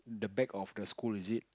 the back of the school is it